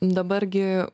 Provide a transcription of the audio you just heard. dabar gi